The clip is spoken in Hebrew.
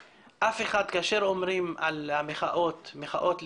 כאשר אומרים על המחאות "מחאות לגיטימיוות,